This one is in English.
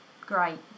Great